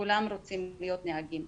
כולם רוצים להיות נהגים.